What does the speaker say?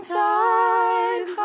time